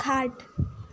खाट